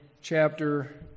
chapter